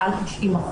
מעל 90%,